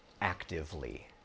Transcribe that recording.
actively